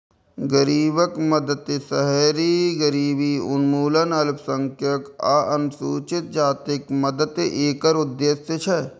गरीबक मदति, शहरी गरीबी उन्मूलन, अल्पसंख्यक आ अनुसूचित जातिक मदति एकर उद्देश्य छै